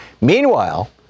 Meanwhile